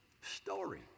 story